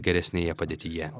geresnėje padėtyje